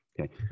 okay